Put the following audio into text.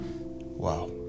Wow